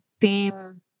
theme